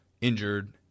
injured